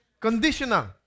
conditional